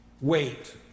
wait